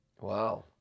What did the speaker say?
Wow